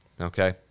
okay